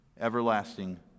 Everlasting